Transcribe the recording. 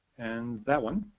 and that one.